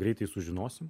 greitai sužinosim